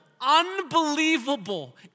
unbelievable